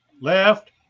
left